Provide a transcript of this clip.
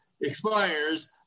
expires